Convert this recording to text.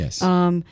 Yes